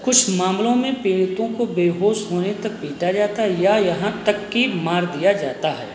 कुछ मामलों में पीड़ितों को बेहोश होने तक पीटा जाता है या यहाँ तक कि मार दिया जाता है